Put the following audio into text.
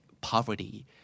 poverty